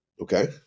Okay